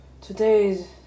today's